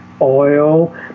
oil